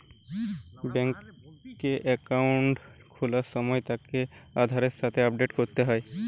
বেংকে একাউন্ট খোলার সময় তাকে আধারের সাথে আপডেট করতে হয়